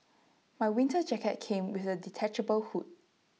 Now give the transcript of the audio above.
my winter jacket came with A detachable hood